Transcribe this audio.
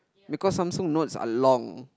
because Samsung Notes are long